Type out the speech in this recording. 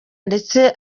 ndetse